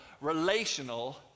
relational